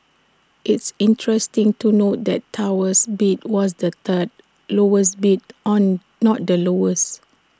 it's interesting to note that Tower's bid was the third lowest bid on not the lowest